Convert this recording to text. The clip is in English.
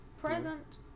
Present